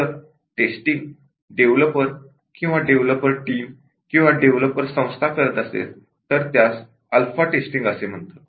जर testing developer किंवा developer team किंवा डेव्हलपर संस्था करत असेल तर त्यास अल्फा टेस्टिंग असे म्हणतात